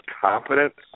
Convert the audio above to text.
confidence